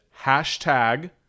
hashtag